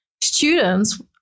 students